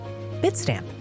Bitstamp